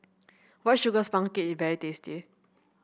White Sugar Sponge Cake is very tasty